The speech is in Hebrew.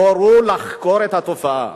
יורו לחקור את התופעה,